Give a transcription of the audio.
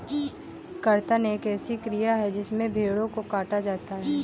कर्तन एक ऐसी क्रिया है जिसमें भेड़ों को काटा जाता है